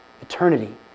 eternity